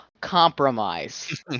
Compromise